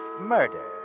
Murder